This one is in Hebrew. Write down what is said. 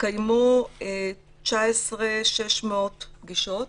התקיימו 19,600 פגישות.